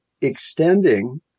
extending